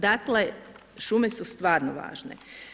Dakle, šume su stvarno važne.